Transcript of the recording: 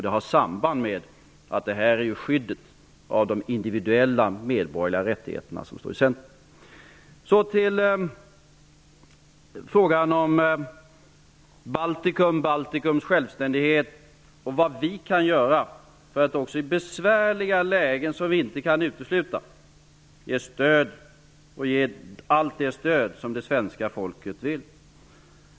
Det har samband med att det är skyddet av de individuella medborgerliga rättigheterna som står i centrum. Så till frågan om Baltikums självständighet och vad vi kan göra för att också i besvärliga lägen, som vi inte kan utesluta, ge allt det stöd som det svenska folket vill.